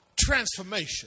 transformation